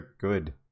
good